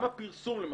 גם הפרסום למשל.